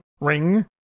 ring